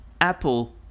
Apple